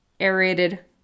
aerated